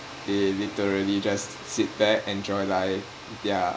they literally just sit back enjoy life their